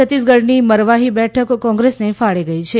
છત્તીસગઢની મરવાહી બેઠક કોંગ્રેસને ફાળે ગઇ છે